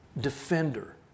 defender